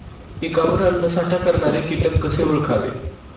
पिकावर अन्नसाठा करणारे किटक कसे ओळखावे?